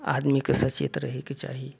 आदमीके सचेत रहयके चाही